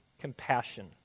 compassion